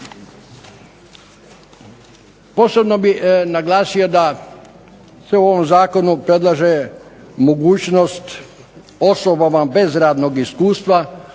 Posebno bih naglasio da se u ovom zakonu predlaže mogućnost osobama bez radnog iskustva